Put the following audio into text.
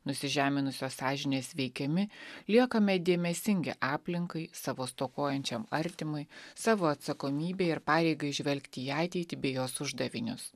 nusižeminusios sąžinės veikiami liekame dėmesingi aplinkai savo stokojančiam artimui savo atsakomybę ir pareigą žvelgti į ateitį bei jos uždavinius